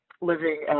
living